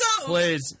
Please